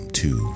two